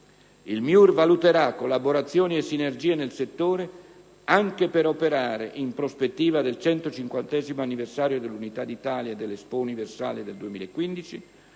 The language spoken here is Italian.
Il MIUR valuterà collaborazioni e sinergie nel settore, anche per operare in prospettiva del 150° anniversario dell'Unità d'Italia (2011) e dell'EXPO Universale 2015,